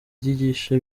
ryigisha